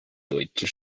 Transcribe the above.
deutsche